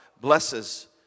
blesses